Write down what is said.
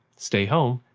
stay home,